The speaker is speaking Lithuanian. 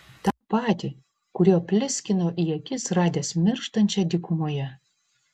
tą patį kuriuo pliskino į akis radęs mirštančią dykumoje